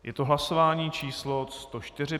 Je to hlasování číslo 104.